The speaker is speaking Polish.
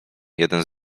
jeden